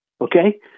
Okay